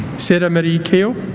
sarah marie keogh